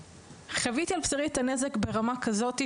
חוויתי על בשרי את הנזק ברמה כזאת,